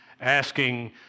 asking